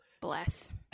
Bless